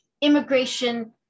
immigration